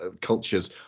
Cultures